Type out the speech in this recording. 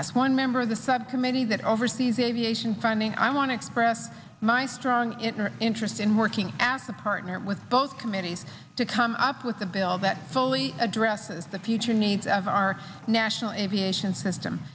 as one member of the subcommittee that oversees aviation from maine i want to express my strong interest in working as a partner with both committees to come up with a bill that fully addresses the future needs of our national efficient system